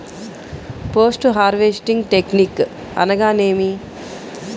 Post harvesting technique అనగా నేమి?